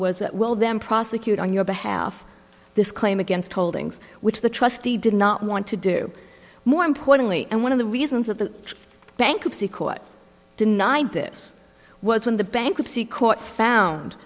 was well them prosecute on your behalf this claim against holdings which the trustee did not want to do more importantly and one of the reasons that the bankruptcy court denied this was when the bankruptcy court found